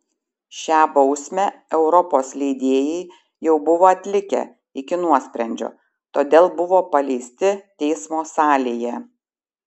šią bausmę europos leidėjai jau buvo atlikę iki nuosprendžio todėl buvo paleisti teismo salėje